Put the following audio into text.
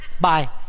Bye